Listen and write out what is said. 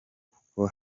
kuko